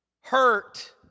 hurt